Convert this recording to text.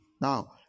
Now